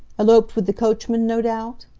eloped with the coachman, no doubt?